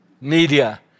media